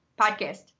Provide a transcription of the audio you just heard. podcast